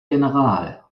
general